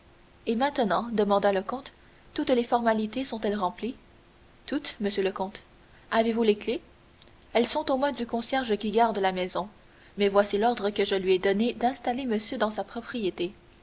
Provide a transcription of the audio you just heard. et maintenant demanda le comte toutes les formalités sont-elles remplies toutes monsieur le comte avez-vous les clefs elles sont aux mains du concierge qui garde la maison mais voici l'ordre que je lui ai donné d'installer monsieur dans sa propriété